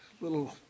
little